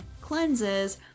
cleanses